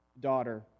daughter